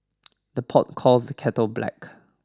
the pot calls the kettle black